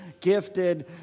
gifted